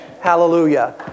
Hallelujah